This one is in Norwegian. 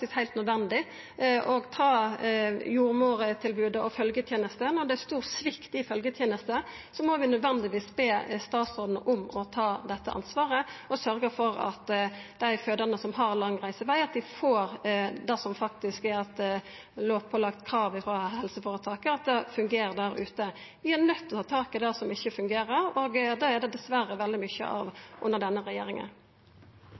heilt nødvendig. Ta jordmortilbodet og følgjetenesta: Når det er stor svikt i følgjetenesta, må vi nødvendigvis be statsråden om å ta ansvar og sørgja for at dei fødande som har lang reiseveg, får det som faktisk er eit lovpålagt krav frå helseføretaka, at det fungerer der ute. Vi er nøydde til å ta tak i det som ikkje fungerer, og det er det dessverre veldig mykje av